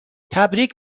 تبریک